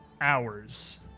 hours